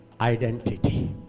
identity